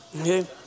okay